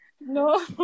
no